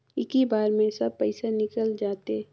इक्की बार मे सब पइसा निकल जाते?